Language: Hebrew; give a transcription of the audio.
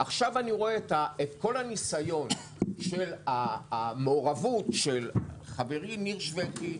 עכשיו אני רואה את כל הניסיון של המעורבות של חברי ניר שויקי,